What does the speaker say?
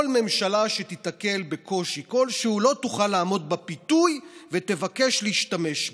כל ממשלה שתיתקל בקושי כלשהו לא תוכל לעמוד בפיתוי ותבקש להשתמש בו.